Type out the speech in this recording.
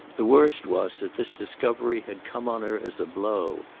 the worst was that this discovery had come on her as a blow,